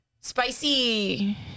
spicy